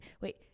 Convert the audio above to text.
Wait